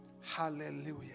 Hallelujah